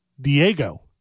Diego